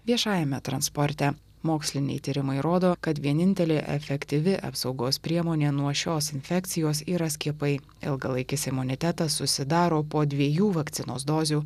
viešajame transporte moksliniai tyrimai rodo kad vienintelė efektyvi apsaugos priemonė nuo šios infekcijos yra skiepai ilgalaikis imunitetas susidaro po dviejų vakcinos dozių